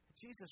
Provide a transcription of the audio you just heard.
Jesus